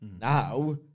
now